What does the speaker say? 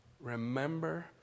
remember